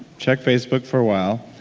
check facebook for awhile